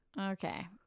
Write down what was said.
okay